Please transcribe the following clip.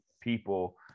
people